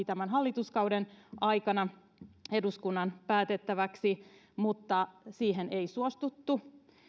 tämän hallituskauden aikana eduskunnan päätettäväksi mutta siihen ei suostuttu